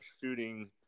shooting